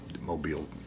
Mobile